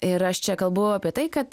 ir aš čia kalbu apie tai kad